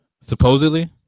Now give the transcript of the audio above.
Supposedly